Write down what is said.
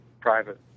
private